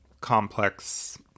complex